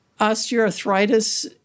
Osteoarthritis